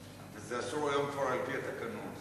וזה אסור היום על-פי התקנון.